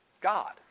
God